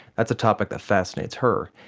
that's a topic that fascinates her,